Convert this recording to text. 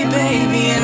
baby